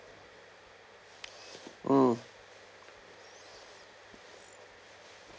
hmm